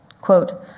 Quote